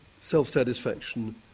self-satisfaction